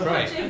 Right